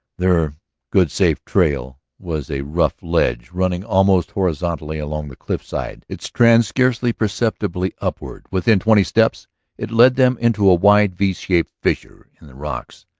their good, safe trail was a rough ledge running almost horizontally along the cliffside, its trend scarcely perceptibly upward. within twenty steps it led them into a wide, v-shaped fissure in the rocks.